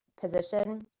position